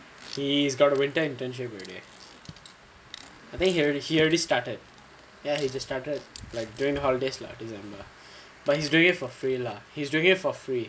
he's got a winter internship already then he already he already started ya he just started like during holidays lah but he is doing it for free lah he is doing it for free